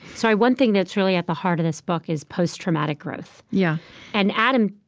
sorry. one thing that's really at the heart of this book is post-traumatic growth. yeah and adam,